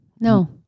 No